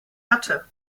hatte